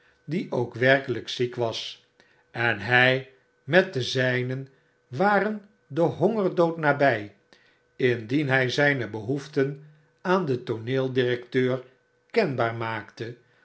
die ook werkelyk ziek was en hij met de zynen waren den hongerdood nabij indien hy zyne behoeften aan den tooneeldirecteur kenbaar maakte